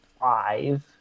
five